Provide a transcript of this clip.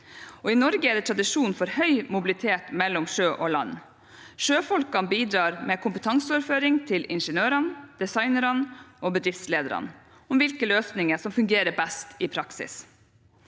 I Norge er det tradisjon for høy mobilitet mellom sjø og land. Sjøfolkene bidrar med kompetanseoverføring til ingeniørene, designerne og bedriftslederne om hvilke løsninger som fungerer best i praksis.